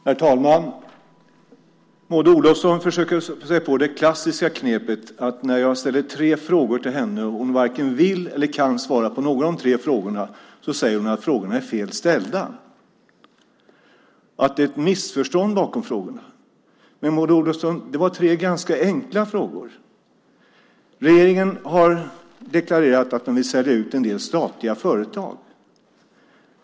Herr talman! Maud Olofsson försöker sig på det klassiska knepet att hon, när jag ställer tre frågor till henne och hon varken kan eller vill svara på någon av de tre frågorna, säger att frågorna är fel ställda, att det är ett missförstånd bakom frågorna. Men, Maud Olofsson, det var tre ganska enkla frågor. Regeringen har deklarerat att den vill sälja ut en del statliga företag.